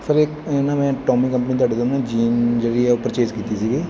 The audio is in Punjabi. ਸਰ ਇੱਕ ਇਹ ਨਾ ਮੈਂ ਟੋਮੀ ਕੰਪਨੀ ਦੀ ਤੁਹਾਡੇ ਤੋਂ ਨਾ ਜੀਨ ਜਿਹੜੀ ਆ ਉਹ ਪਰਚੇਸ ਕੀਤੀ ਸੀਗੀ